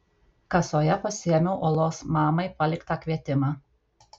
kasoje pasiėmiau olos mamai paliktą kvietimą